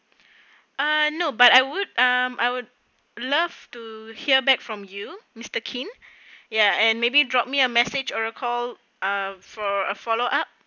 ah no but I would uh I would love to hear back from you mister kin ya and maybe drop me a message or a uh call for a follow up